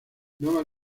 nova